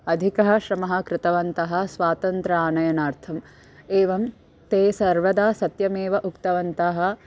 अधिकः श्रमः कृतवन्तः स्वातन्त्रानयनार्थम् एवं ते सर्वदा सत्यमेव उक्तवन्तः